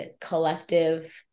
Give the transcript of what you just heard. collective